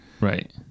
right